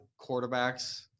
quarterbacks